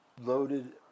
loaded